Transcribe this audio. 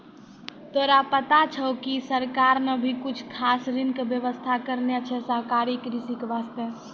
तोरा पता छौं कि सरकार नॅ भी कुछ खास ऋण के व्यवस्था करनॅ छै सहकारी कृषि के वास्तॅ